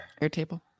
Airtable